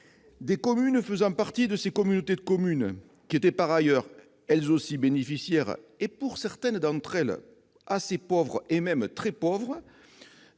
des communes faisant partie de ces communautés de communes- qui étaient par ailleurs, elles aussi, bénéficiaires et, pour certaines d'entre elles, assez pauvres et même très pauvres